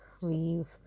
leave